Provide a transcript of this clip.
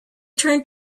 turned